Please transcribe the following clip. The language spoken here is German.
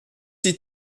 die